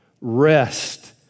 Rest